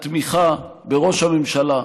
התמיכה בראש הממשלה,